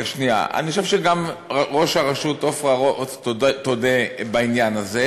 אני חושב שגם ראש הרשות, עפרה רוס, תודה בזה.